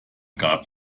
gab